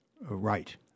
right